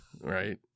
Right